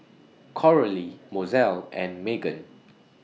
Coralie Mozelle and Magen